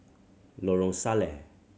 Lorong Salleh